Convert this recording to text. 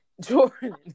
Jordan